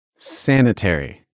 Sanitary